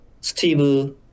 steve